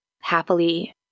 happily